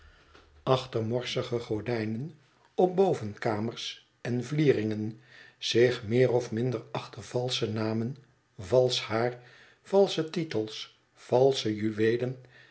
achter morsige gordijnen op bovenkamers en vlieringen zich meer of minder achter valsche namen valsch haar valsche titels valsche juweelen